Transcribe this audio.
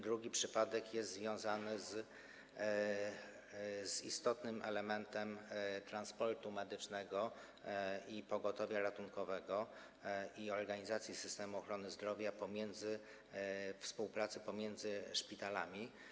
Drugi przypadek jest związany z istotnym elementem transportu medycznego, pogotowia ratunkowego, organizacji systemu ochrony zdrowia i współpracy pomiędzy szpitalami.